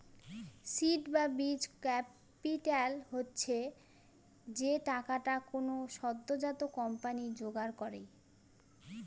seed বা বীজ capital হচ্ছে যে টাকাটা কোনো সদ্যোজাত কোম্পানি জোগাড় করে